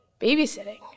babysitting